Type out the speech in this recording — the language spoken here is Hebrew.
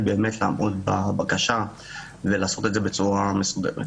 לעמוד בבקשה ולעשות את זה בצורה מסודרת.